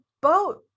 boat